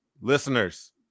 listeners